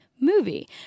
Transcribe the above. movie